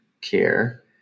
care